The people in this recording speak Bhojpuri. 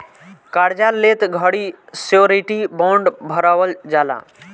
कार्जा लेत घड़ी श्योरिटी बॉण्ड भरवल जाला